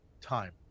time